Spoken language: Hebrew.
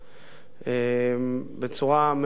בצורה מאוד פתאומית,